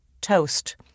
toast